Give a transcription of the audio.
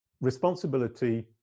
responsibility